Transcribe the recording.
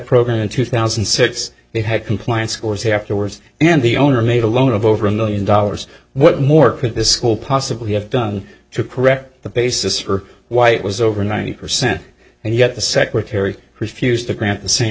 program in two thousand inserts they had compliance scores here afterwards and the owner made a loan of over a million dollars what more could this school possibly have done to correct the basis for why it was over ninety percent and yet the secretary refused to grant the same